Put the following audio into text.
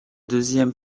deuxième